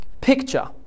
picture